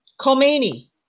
Khomeini